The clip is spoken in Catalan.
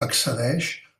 excedeix